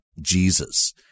Jesus